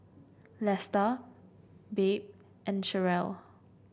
Lesta Babe and Cherelle